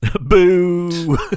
Boo